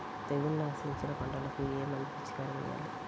తెగుళ్లు ఆశించిన పంటలకు ఏ మందు పిచికారీ చేయాలి?